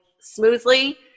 smoothly